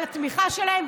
על התמיכה שלהם,